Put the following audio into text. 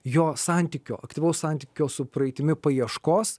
jo santykio aktyvaus santykio su praeitimi paieškos